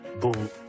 Boom